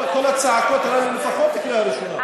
כל הצעקות האלה, לפחות קריאה ראשונה.